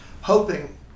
Hoping